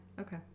Okay